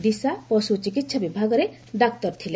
ଦିଶା ପଶୁ ଚିକିତ୍ସା ବିଭାଗରେ ଡାକ୍ତର ଥିଲେ